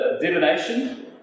divination